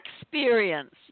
experience